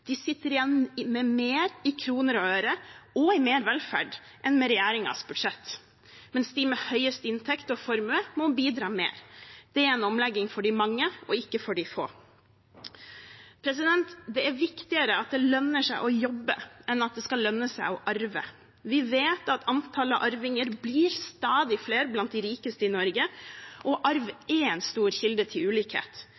De sitter igjen med mer i kroner og øre og mer velferd enn med regjeringens budsjett, mens de med høyest inntekt og formue må bidra mer. Det er en omlegging for de mange, ikke for de få. Det er viktigere at det lønner seg å jobbe enn at det skal lønne seg å arve. Vi vet at antall arvinger stadig øker blant de rikeste i Norge. Arv er en stor kilde til ulikhet. Derfor bør arveavgiften gjeninnføres med en ny og